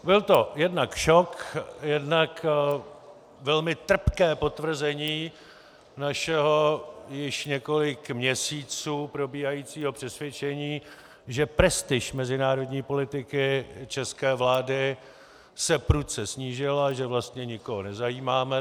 Byl to jednak šok, jednak velmi trpké potvrzení našeho již několik měsíců probíhajícího přesvědčení, že prestiž mezinárodní politiky české vlády se prudce snížila, že vlastně nikoho nezajímáme.